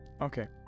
Okay